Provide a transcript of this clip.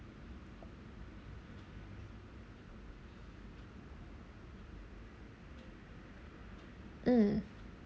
mm